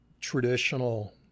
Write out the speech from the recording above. traditional